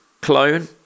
Clone